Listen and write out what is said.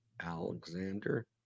Alexander